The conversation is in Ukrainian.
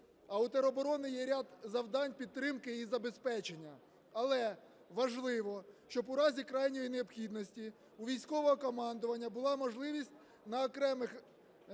а у тероборони є ряд завдань – підтримка і забезпечення. Але важливо, щоб у разі крайньої необхідності у військового командування була можливість на окремих